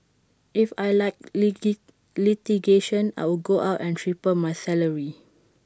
if I liked litigation I would go out and triple my salary